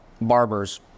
barbers